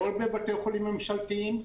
לא בבתי חולים ממשלתיים,